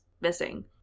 missing